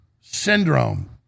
Syndrome